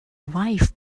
wife